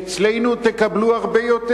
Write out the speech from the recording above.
אצלנו תקבלו הרבה יותר.